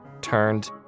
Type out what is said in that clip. turned